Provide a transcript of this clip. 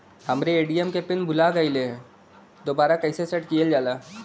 हमरे ए.टी.एम क पिन भूला गईलह दुबारा कईसे सेट कइलजाला?